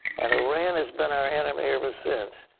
and iran has been our enemy ever since.